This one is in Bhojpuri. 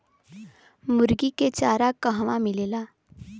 मुर्गी के चारा कहवा मिलेला?